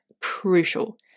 crucial